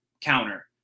counter